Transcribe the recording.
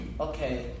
Okay